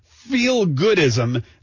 feel-goodism